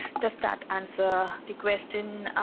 does that answer the question?